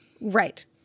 Right